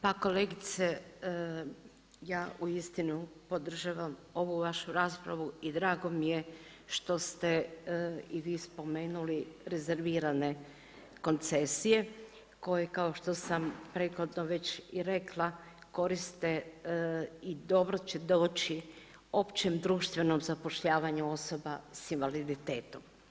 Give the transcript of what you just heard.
Pa kolegice, ja uistinu podržavam ovu vašu raspravu i drago mi je što ste i vi spomenuli rezervirane koncesije koje kao što sam prethodno već i rekla koriste i dobro će doći općem društvenom zapošljavanju osoba s invaliditetom.